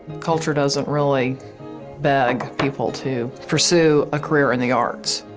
culture doesn't really beg people to pursue a career in the arts.